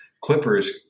clippers